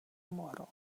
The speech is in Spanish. moro